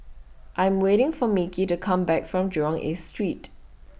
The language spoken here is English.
I'm waiting For Micky to Come Back from Jurong East Street